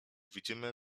widzimy